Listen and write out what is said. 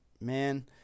man